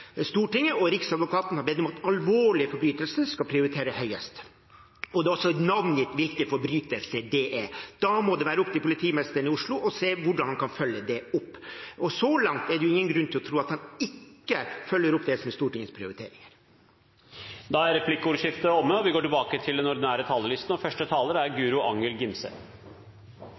Stortinget og Riksadvokaten har bedt om at alvorlige forbrytelser skal prioriteres høyest. Det er også navngitt hvilke forbrytelser det er. Da må det være opp til politimesteren i Oslo å se på hvordan han kan følge det opp. Så langt er det ingen grunn til å tro at han ikke følger opp det som er Stortingets prioriteringer. Replikkordskiftet er omme.